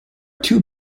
two